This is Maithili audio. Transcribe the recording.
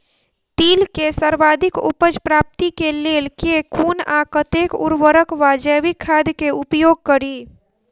तिल केँ सर्वाधिक उपज प्राप्ति केँ लेल केँ कुन आ कतेक उर्वरक वा जैविक खाद केँ उपयोग करि?